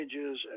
images